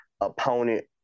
opponent